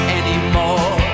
anymore